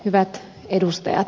hyvät edustajat